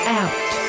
out